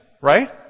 right